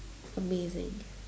amazing